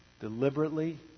deliberately